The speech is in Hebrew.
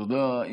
תודה.